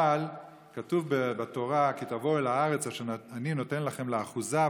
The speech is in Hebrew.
אבל כתוב בתורה: כי תבואו אל הארץ אשר אני נותן לכם לאחוזה,